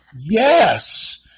yes